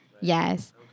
Yes